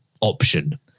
option